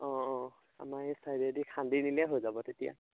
অঁ অঁ আমাৰ এই চাইডেদি খান্দি দিলে হৈ যাব তেতিয়া